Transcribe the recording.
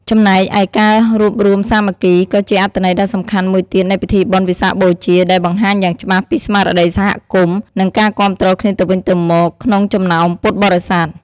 ចំណែកឯការរួបរួមសាមគ្គី ក៏ជាអត្ថន័យដ៏សំខាន់មួយទៀតនៃពិធីបុណ្យវិសាខបូជា ដែលបង្ហាញយ៉ាងច្បាស់ពីស្មារតីសហគមន៍ និងការគាំទ្រគ្នាទៅវិញទៅមកក្នុងចំណោមពុទ្ធបរិស័ទ។